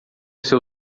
seu